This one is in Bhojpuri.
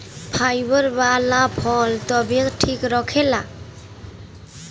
फाइबर वाला फल तबियत ठीक रखेला